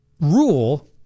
rule